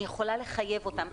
אני יכולה לחייב אותן.